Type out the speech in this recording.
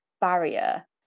barrier